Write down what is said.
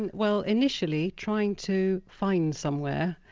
and well initially trying to find somewhere,